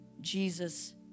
Jesus